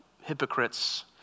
hypocrites